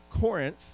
Corinth